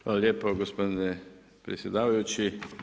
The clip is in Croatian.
Hvala lijepo gospodine predsjedavajući.